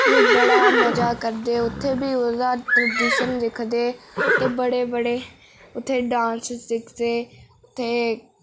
एह् बड़ा मजा करदे उत्थे वि ओह्दा ट्रडीशन दिखदे ते बड़े बड़े उत्थे डांस सिखदे ते